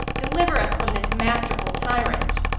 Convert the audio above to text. deliver us from this masterful tyrant.